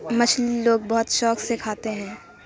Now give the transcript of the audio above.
مچھلی لوگ بہت شوق سے کھاتے ہیں